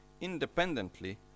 independently